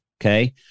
okay